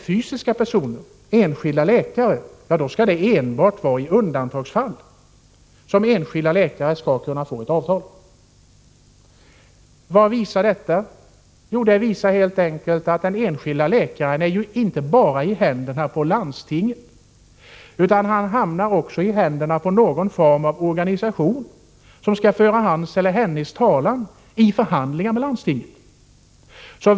Fysiska personer — enskilda läkare — skall enbart i undantagsfall kunna få ett avtal. Vad visar detta? Jo, det visar helt enkelt att de enskilda läkarna inte bara är i händerna på landstingen, utan de hamnar också i händerna på någon form av organisation, som skall föra deras talan i förhandlingar med landstinget.